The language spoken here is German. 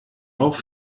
auch